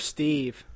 Steve